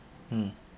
mm